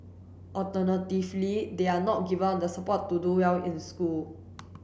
alternatively they are not given the support to do well in school